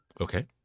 Okay